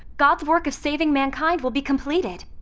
god's work of saving mankind will be completed.